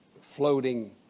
floating